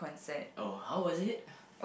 oh how was it